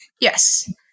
Yes